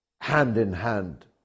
hand-in-hand